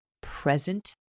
present